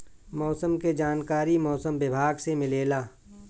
मौसम के जानकारी मौसम विभाग से मिलेला?